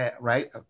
right